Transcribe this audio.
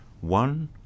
One